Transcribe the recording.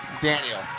Daniel